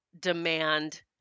demand